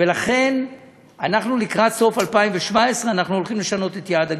ולכן לקראת סוף 2017 אנחנו הולכים לשנות את יעד הגירעון,